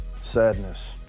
sadness